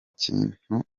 kintu